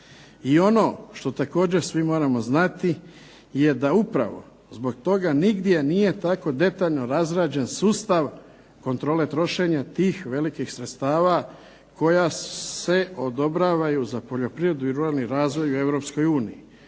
I ono što također svi moramo znati je da upravo zbog toga nigdje nije tako detaljno razrađen sustav kontrole trošenja tih velikih sredstava koja se odobravaju za poljoprivredu i ruralni razvoj u